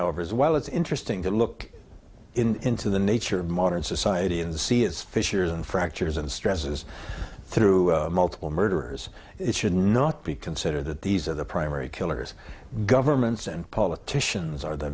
however is well it's interesting to look into the nature of modern society and see its fissures and fractures and stresses through multiple murderers it should not be considered that these are the primary killers governments and politicians are the